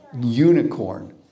unicorn